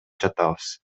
жатабыз